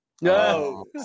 No